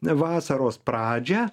vasaros pradžią